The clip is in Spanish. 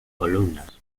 columnas